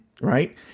right